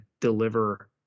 deliver